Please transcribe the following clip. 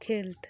ᱠᱷᱮᱞᱛ